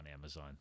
Amazon